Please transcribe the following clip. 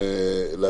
מה